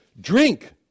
Drink